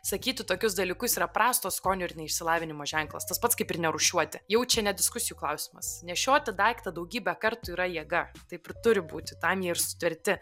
sakyti tokius dalykus yra prasto skonio ir neišsilavinimo ženklas tas pats kaip ir nerūšiuoti jau čia ne diskusijų klausimas nešioti daiktą daugybę kartų yra jėga taip ir turi būti tam jie ir sutverti